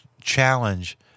challenge